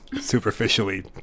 superficially